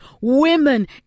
women